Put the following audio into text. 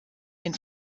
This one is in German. den